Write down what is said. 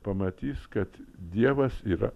pamatys kad dievas yra